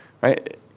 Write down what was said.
right